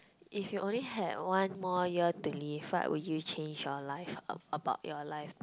if you only had one more year to live what would you change your life ab~ about your life